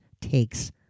takes